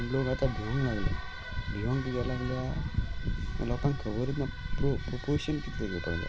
आनी लोक आतां भिवंक लागल्या भिवंक किद्या लागल्या लोकांक खबरूच ना पोशन कितलें घेवपाक जाय